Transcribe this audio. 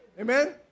Amen